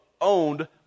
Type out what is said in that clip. owned